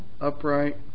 upright